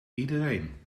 iedereen